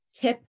tip